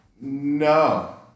No